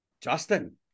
Justin